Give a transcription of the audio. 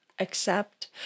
accept